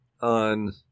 on